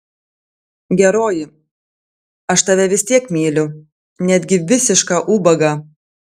geroji aš tave vis tiek myliu netgi visišką ubagą